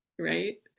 right